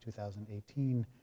2018